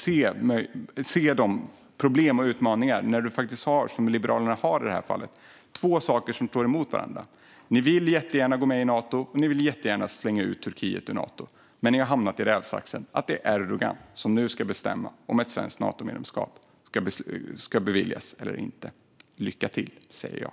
I det här fallet står två saker emot varandra, och det innebär problem och utmaningar för Liberalerna. Ni vill jättegärna gå med i Nato, och ni vill jättegärna slänga ut Turkiet ur Nato. Men ni har hamnat i rävsaxen att det är Erdogan som nu ska bestämma om ett svenskt Natomedlemskap ska beviljas eller inte. Lycka till, säger jag!